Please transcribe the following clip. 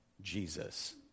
Jesus